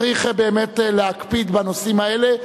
צריך, באמת, להקפיד בנושאים האלה.